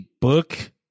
book